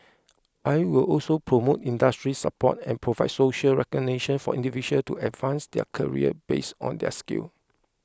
I will also promote industry support and provide social recognition for individuals to advance their career based on their skill